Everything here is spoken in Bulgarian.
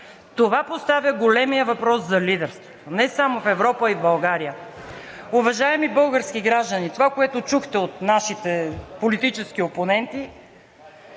Това поставя големия въпрос за лидерството не само в Европа, а и в България. Уважаеми български граждани, това, което чухте от нашите политически опоненти,